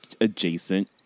adjacent